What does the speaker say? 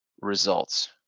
results